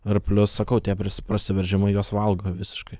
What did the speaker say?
ir plius sakau tie pras prasiveržimai juos valgo visiškai